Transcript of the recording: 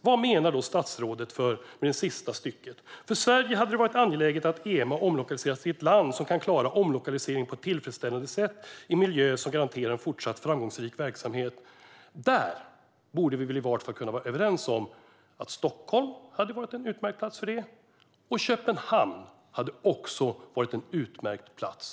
Vad menade statsrådet med det sista stycket i hennes svar: "För Sverige har det varit angeläget att EMA omlokaliseras till ett land som kan klara omlokaliseringen på ett tillfredsställande sätt i en miljö som garanterar en fortsatt framgångsrik verksamhet." Där borde vi vara överens om att Stockholm hade varit en utmärkt plats, och Köpenhamn hade också varit en utmärkt plats.